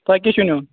تۄہہِ کیٛاہ چھُ نِیُن